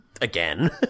again